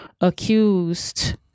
accused